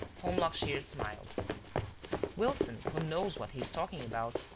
holmlock shears smiled wilson, who knows what he is talking about,